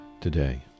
today